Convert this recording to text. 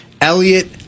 Elliot